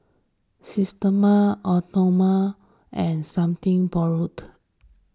Systema Amore and Something Borrowed